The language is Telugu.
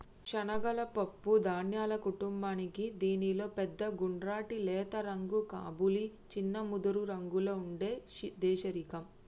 శనగలు పప్పు ధాన్యాల కుటుంబానికీ దీనిలో పెద్ద గుండ్రటి లేత రంగు కబూలి, చిన్న ముదురురంగులో ఉండే దేశిరకం